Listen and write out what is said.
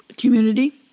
community